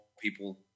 people